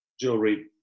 jewelry